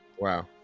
Wow